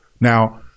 Now